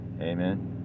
Amen